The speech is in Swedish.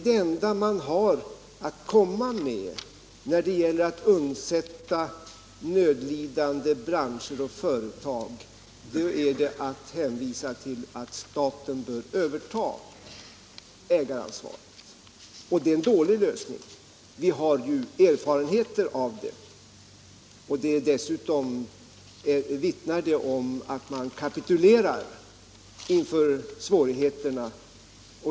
Det enda man har att komma med för att undsätta nödlidande branscher och företag är att hänvisa till att staten bör överta ägaransvaret, och det är en dålig lösning — vi har ju erfarenheter av det. Dessutom vittnar det om att man kapitulerar inför svårigheterna.